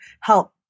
help